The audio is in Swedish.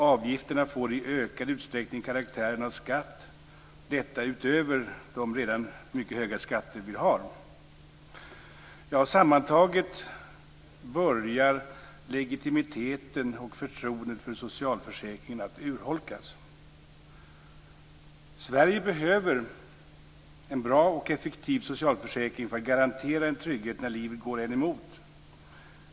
Avgifterna får i ökad utsträckning karaktären av skatt, detta utöver de redan mycket höga skatter vi har. Sammantaget börjar legitimiteten och förtroendet för socialförsäkringen att urholkas. Sverige behöver en bra och effektiv socialförsäkring för att garantera en trygghet när livet går en emot.